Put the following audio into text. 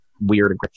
weird